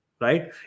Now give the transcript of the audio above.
right